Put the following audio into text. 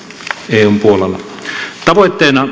eun puolella tavoitteena